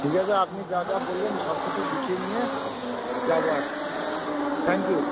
ঠিক আছে আপনি যা যা বললেন সব কিছু গুছিয়ে নিয়ে যাব এখন থ্যাংক ইউ